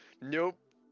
Nope